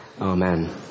amen